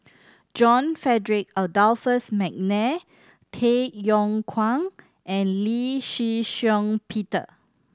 John Frederick Adolphus McNair Tay Yong Kwang and Lee Shih Shiong Peter